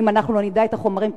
ואם אנחנו לא נדע את החומרים,